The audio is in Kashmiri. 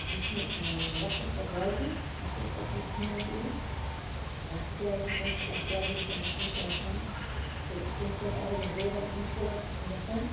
یُس نہٕ وَقتس پٮ۪ٹھ واتہِ وَقتس پٮ۪ٹھ نہٕ فون تُلہِ تِکیٛازِ کٲنٛسہِ چھِ کانٛہہ پرابلِم چھِ آسان کیٚنٛہہ چھُ آسان تہٕ تَمہِ خٲطرٕ اگرنٕے ڈرایور مشکِلات چھِ یِتھ کٔنۍ گژھان